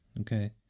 Okay